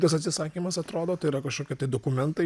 tas atsisakymas atrodo tai yra kažkoki tai dokumentai